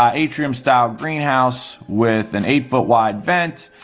um atrium style greenhouse, with an eight foot wide vent.